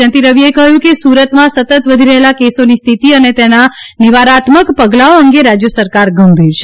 જયંતિ રવિએ કહ્યું કે સુરતમાં સતત વધી રહેલા કેસોની સ્થિતિ અને તેના નિવારાત્મક પગલાઓ અંગે રાજ્ય સરકાર ગંભીર છે